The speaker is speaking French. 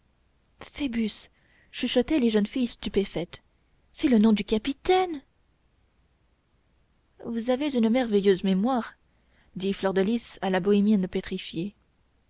phoebus chuchotaient les jeunes filles stupéfaites c'est le nom du capitaine vous avez une merveilleuse mémoire dit fleur de lys à la bohémienne pétrifiée